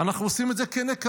אנחנו עושים את זה כנקמה,